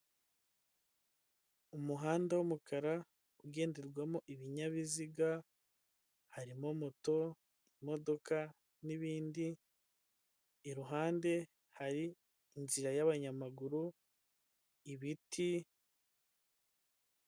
Umuhanda w'umukara ugenderwamo ibinyabiziga harimo: moto, imodoka, n'ibindi, iruhande hari inzira y'abanyamaguru ibiti.